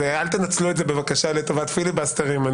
אל תנצלו את זה בבקשה לטובת פיליבסטרים.